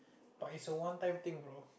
but it's a one time thing bro